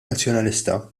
nazzjonalista